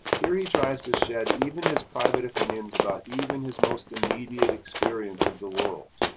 here he tries to shed even his private opinions about even his most immediate experience of the world.